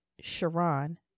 Sharon